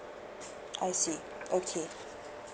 I see okay